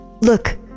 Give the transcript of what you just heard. Look